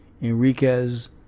Enriquez